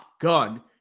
gun